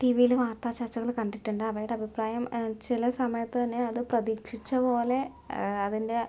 ടീവിയില് വാർത്താ ചർച്ചകള് കണ്ടിട്ടുണ്ട് അവയുടെ അഭിപ്രായം ചില സമയത്ത് തന്നെ അത് പ്രതീക്ഷിച്ച പോലെ അതിൻ്റെ